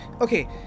okay